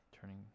turning